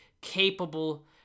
capable